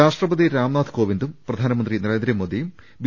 രാഷ്ട്രപതി രാംനാഥ് കോവിന്ദും പ്രധാനമന്ത്രി നരേന്ദ്രമോ ദിയും ബി